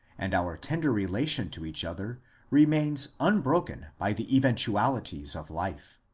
and our tender relation to each other remains unbroken by the eventualities of life.